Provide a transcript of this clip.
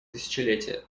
тысячелетия